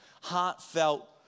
heartfelt